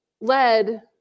led